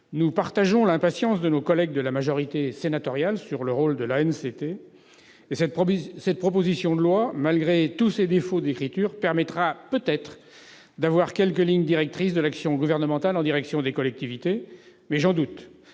nous partageons l'impatience de nos collègues de la majorité sénatoriale sur le rôle de l'ANCT. Cette proposition de loi, malgré tous ses défauts d'écriture, permettra peut-être d'avoir quelques lignes directrices de l'action gouvernementale en direction des collectivités, mais j'en doute.